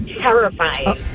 terrifying